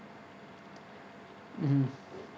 mmhmm